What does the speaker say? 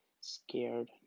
scared